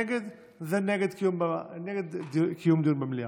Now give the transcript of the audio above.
נגד זה נגד קיום דיון במליאה.